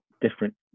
different